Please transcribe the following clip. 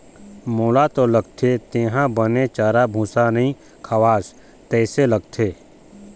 मोला तो लगथे तेंहा बने चारा भूसा नइ खवास तइसे लगथे